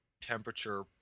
temperature